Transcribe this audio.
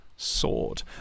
sword